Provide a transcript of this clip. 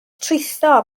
trwytho